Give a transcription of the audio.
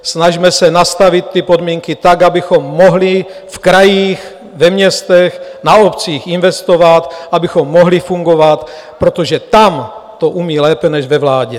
Snažme se nastavit ty podmínky tak, abychom mohli v krajích, ve městech, na obcích investovat, abychom mohli fungovat, protože tam to umí lépe než ve vládě.